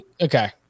Okay